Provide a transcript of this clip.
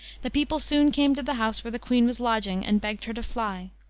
the people soon came to the house where the queen was lodging, and begged her to fly.